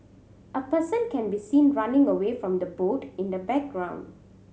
a person can be seen running away from the boat in the background